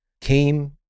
came